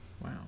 Wow